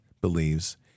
believes